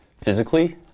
physically